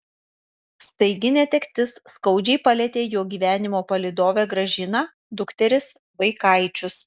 staigi netektis skaudžiai palietė jo gyvenimo palydovę gražiną dukteris vaikaičius